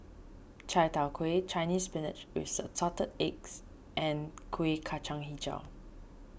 Chai Tow Kway Chinese Spinach with Assorted Eggs and Kuih Kacang HiJau